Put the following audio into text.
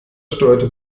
steuerte